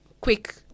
quick